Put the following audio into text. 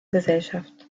gesellschaft